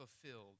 fulfilled